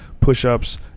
push-ups